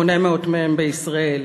800 מהם בישראל,